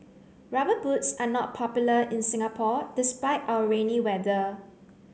rubber boots are not popular in Singapore despite our rainy weather